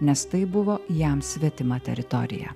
nes tai buvo jam svetima teritorija